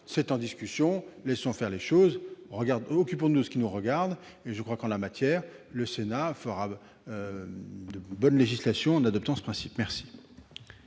est en discussion, laissons faire les choses, occupons-nous de ce qui nous regarde. En la matière, le Sénat ferait oeuvre de bonne législation en adoptant ce principe. Je